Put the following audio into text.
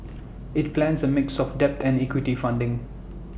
IT plans A mix of debt and equity funding